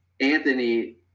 Anthony –